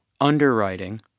underwriting